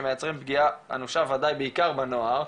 שמייצרים פגיעה אנושה וודאי בעיקר בנוער.